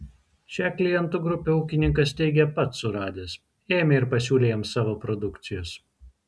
šią klientų grupę ūkininkas teigia pats suradęs ėmė ir pasiūlė jiems savo produkcijos